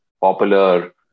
popular